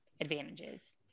advantages